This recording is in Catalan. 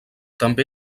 també